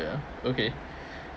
wait ah okay